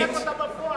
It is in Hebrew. הוא חילק אותה בפועל.